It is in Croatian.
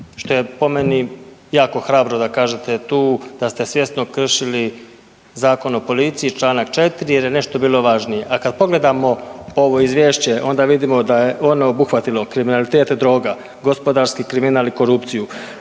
što je po meni jako hrabro da kažete tu da ste svjesno kršili Zakon o policiji članak 4. jer je nešto bilo važnije. A kad pogledamo ovo izvješće onda vidimo da je ono obuhvatilo kriminalitet droga, gospodarski kriminal i korupciju,